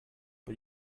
but